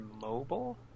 mobile